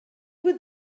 would